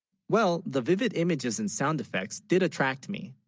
well the vivid images and sound effects, did attract me